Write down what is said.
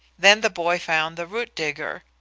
then the boy found the root digger,